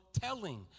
telling